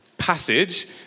passage